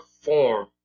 form